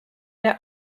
der